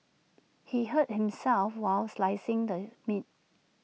he hurt himself while slicing the meat